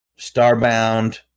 Starbound